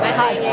hi.